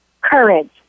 courage